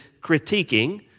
critiquing